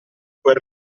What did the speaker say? quel